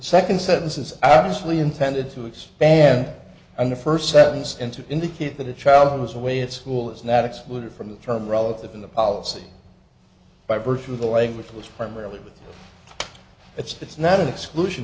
second sentence is obviously intended to expand on the first sentence and to indicate that the child was away at school is not excluded from the term relative in the policy by virtue of the language it was formerly but it's not an exclusion